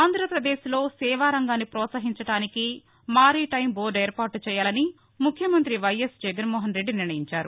ఆంధ్రాపదేశ్లో సేవా రంగాన్ని ప్రోత్సహించడానికి మారిటైం బోర్డు ఏర్పాటు చేయాలని ముఖ్యమంత్రి వైఎస్ జగన్మోహన్ రెడ్డి నిర్ణయించారు